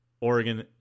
Oregon